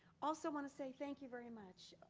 also wanna say thank you very much.